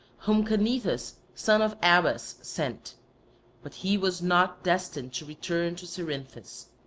whom canethus son of abas sent but he was not destined to return to cerinthus.